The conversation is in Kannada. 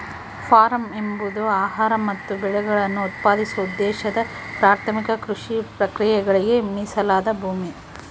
ಫಾರ್ಮ್ ಎಂಬುದು ಆಹಾರ ಮತ್ತು ಬೆಳೆಗಳನ್ನು ಉತ್ಪಾದಿಸುವ ಉದ್ದೇಶದ ಪ್ರಾಥಮಿಕ ಕೃಷಿ ಪ್ರಕ್ರಿಯೆಗಳಿಗೆ ಮೀಸಲಾದ ಭೂಮಿ